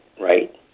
right